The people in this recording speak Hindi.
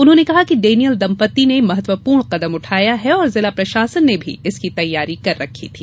उन्होंने कहा कि डेनियल दंपत्ति ने महत्वपूर्ण कदम उठाया है और जिला प्रशासन ने भी इसकी तैयारी कर रखी थी